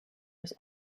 his